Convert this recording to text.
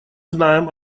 знаем